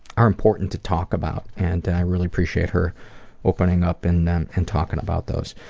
are important to talk about and and i really appreciate her opening up and and talking about those.